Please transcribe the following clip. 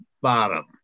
bottom